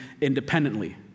independently